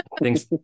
thanks